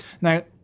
Now